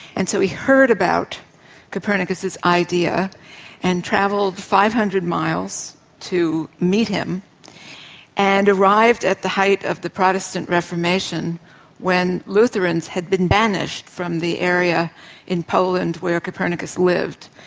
and so he heard about copernicus's idea and travelled five hundred miles to meet him and arrived at the height of the protestant reformation when lutherans had been banished from the area in poland where copernicus lived.